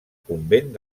convent